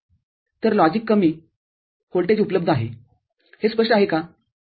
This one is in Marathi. तर लॉजिक कमी व्होल्टेज उपलब्ध आहे हे स्पष्ट आहे का